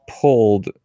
pulled